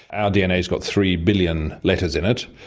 our dna has got three billion letters in it.